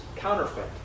counterfeit